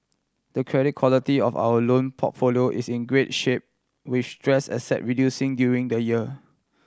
the credit quality of our loan portfolio is in great shape with stress asset reducing during the year